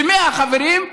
ומי החברים?